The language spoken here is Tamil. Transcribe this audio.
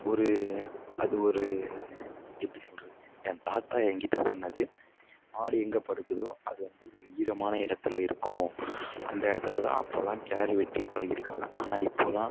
ஒரு அது ஒரு எப்படி சொல்கிறது என் தாத்தா எங்கிட்ட சொன்னது மாடு எங்கே படுக்குதோ அது வந்து ஒரு ஈரமான இடத்துல இருக்கும் அந்த இடத்துல தான் அப்போதெலாம் கிணறு வெட்டி பழகியிருக்காங்க ஆனால் இப்போதெலாம்